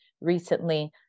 recently